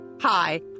Hi